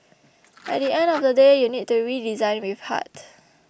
at the end of the day you need to redesign with heart